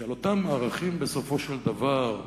שעל אותם הערכים, בסופו של דבר,